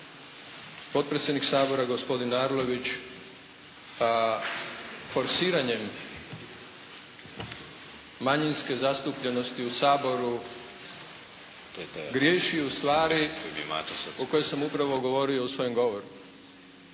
potpredsjednik Sabora gospodin Arlović forsiranjem manjinske zastupljenosti u Saboru griješi u stvari o kojoj sam upravo govorio u svojem govoru.